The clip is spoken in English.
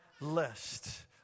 list